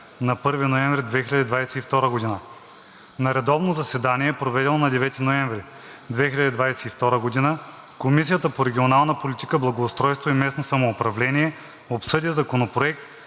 на 1 ноември 2022 г. На редовно заседание, проведено на 9 ноември 2022 г., Комисията по регионална политика, благоустройство и местно самоуправление обсъди Законопроект